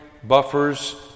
Buffers